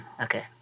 okay